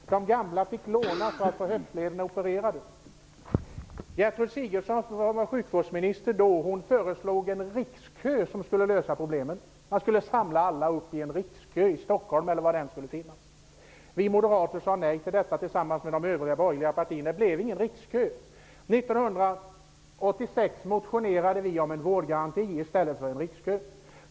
De gamla fick låna för att få höftlederna opererade. Gertrud Sigurdsen, som var sjukvårdsminister då, föreslog en rikskö för att lösa problemen. Alla skulle samlas i en rikskö i t.ex. Stockholm. Vi moderater sade nej till detta tillsammans med de övriga borgerliga partierna. Det blev ingen rikskö. År 1986 motionerade vi om en vårdgaranti i stället för en rikskö.